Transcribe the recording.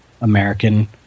American